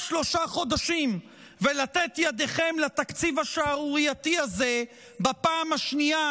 שלושה חודשים ולתת ידיכם לתקציב השערורייתי הזה בפעם השנייה,